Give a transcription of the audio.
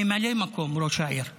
ממלא מקום ראש עיריית טייבה.